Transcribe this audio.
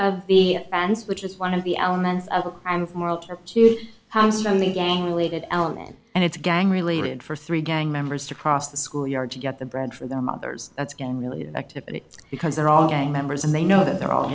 of the fence which is one of the elements of the crime of moral turpitude comes from the gang leader element and it's gang related for three gang members to cross the schoolyard to get the bread for their mothers that's gang related activity because they're all going members and they know that they're all